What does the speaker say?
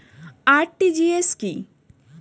RTGS কি?